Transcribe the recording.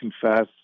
confess